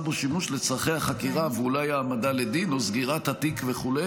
בו שימוש לצורכי החקירה ואולי העמדה לדין או סגירת התיק וכו',